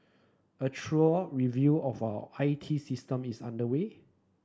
a thorough review of our I T system is underway